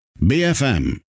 BFM